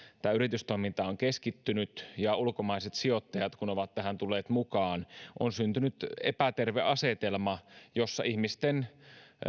tai kun yritystoiminta on keskittynyt ja ulkomaiset sijoittajat ovat tähän tulleet mukaan on syntynyt epäterve asetelma jossa ihmisten